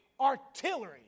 artillery